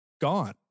gone